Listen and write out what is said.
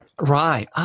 Right